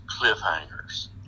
cliffhangers